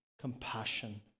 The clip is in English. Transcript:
compassion